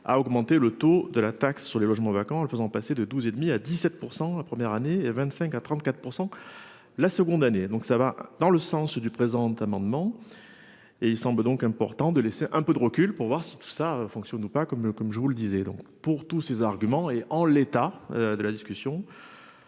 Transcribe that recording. à augmenter le taux de la taxe sur les logements vacants en le faisant passer de 12 et demi à 17% la première année et 25 à 34%. La seconde année, donc ça va dans le sens du présent amendement. Et il semble donc important de laisser un peu de recul pour voir si tout ça fonctionne pas comme le, comme je vous le disais donc pour tous ces arguments et en l'état de la discussion.